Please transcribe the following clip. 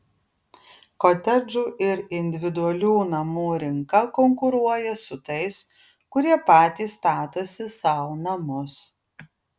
kotedžų ir individualių namų rinka konkuruoja su tais kurie patys statosi sau namus